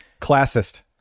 Classist